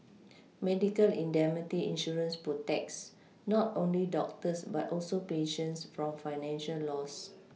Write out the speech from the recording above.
medical indemnity insurance protects not only doctors but also patients from financial loss